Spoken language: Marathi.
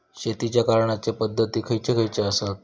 शेतीच्या करण्याचे पध्दती खैचे खैचे आसत?